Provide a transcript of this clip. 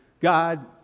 God